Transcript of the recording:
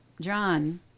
John